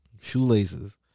Shoelaces